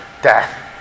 death